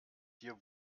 hier